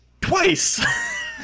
twice